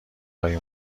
لای